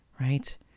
right